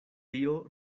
tio